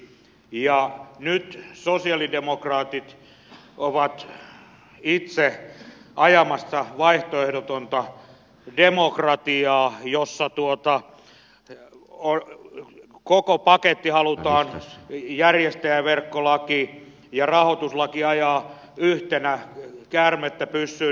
ja nyt sosialidemokraatit ovat itse ajamassa vaihtoehdotonta demokratiaa jossa koko paketti halutaan järjestäjäverkkolaki ja rahoituslaki ajaa yhtenä kuin käärmettä pyssyyn